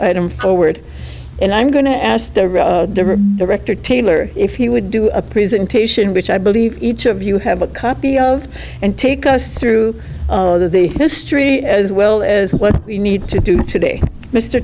forward and i'm going to ask the rector taylor if he would do a presentation which i believe each of you have a copy of and take us through the history as well as what you need to do today mr